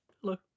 hello